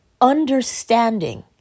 understanding